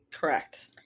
Correct